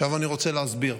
עכשיו אני רוצה להסביר.